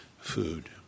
food